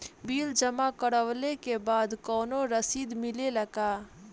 Bill जमा करवले के बाद कौनो रसिद मिले ला का?